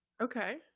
Okay